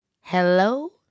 Hello